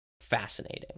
fascinating